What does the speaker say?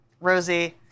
Rosie